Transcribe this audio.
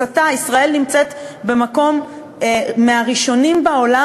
ישראל נמצאת במקום מהראשונים בעולם